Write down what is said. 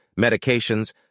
medications